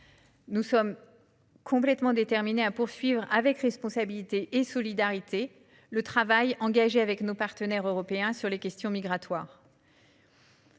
nous sommes complètement déterminés à poursuivre, avec responsabilité et solidarité, le travail engagé avec nos partenaires européens sur les questions migratoires.